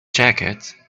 jacket